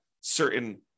certain